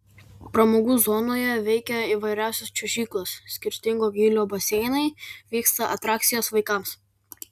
pramogų zonoje veikia įvairiausios čiuožyklos skirtingo gylio baseinai vyksta atrakcijos vaikams